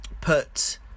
put